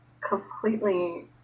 completely